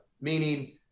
meaning